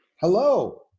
Hello